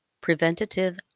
preventative